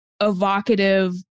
evocative